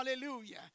hallelujah